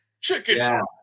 Chicken